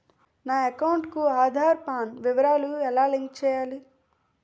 నా అకౌంట్ కు ఆధార్, పాన్ వివరాలు లంకె ఎలా చేయాలి?